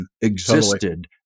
existed